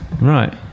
Right